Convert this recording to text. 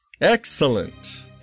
excellent